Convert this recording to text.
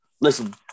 listen